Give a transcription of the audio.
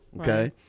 okay